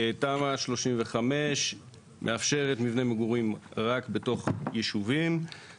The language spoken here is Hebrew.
תמ"א 35 מאפשרת מבנה מגורים רק בתוך יישובים.